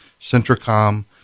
Centricom